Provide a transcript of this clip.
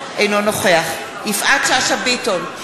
אינו נוכח יפעת שאשא ביטון,